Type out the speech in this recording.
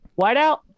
Whiteout